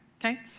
okay